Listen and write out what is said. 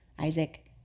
Isaac